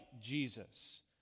Jesus